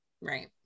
right